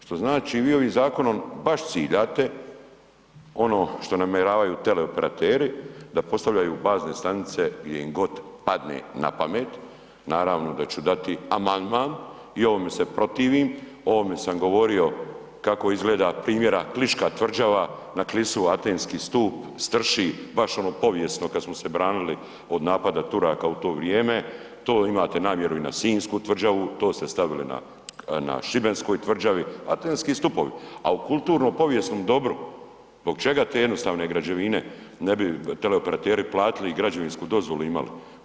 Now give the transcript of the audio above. Što znači vi ovim zakonom baš ciljate ono što namjeravaju teleoperateri da postavljaju bazne stanice gdje im god padne napamet, naravno da ću dati amandman i ovome se protivim, o ovome sam govorio kako izgleda primjera Kliška tvrđava na Klisu, antenski stup strši baš ono povijesno kad smo se branili od napada Turaka u to vrijeme, to imate namjeru i na Sinjsku tvrđavu, to ste stavili na Šibenskoj tvrđavi, antenski stupovi, a u kulturno povijesnom dobru zbog čega te jednostavne građevine ne bi teleoperateri platili i građevinsku dozvolu imali.